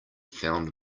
found